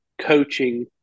coaching